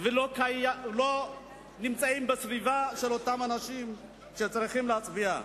ולא נמצאות בסביבה של אותם אנשים שצריכים להצביע?